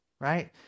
Right